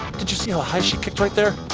did you see how high she kicked right there?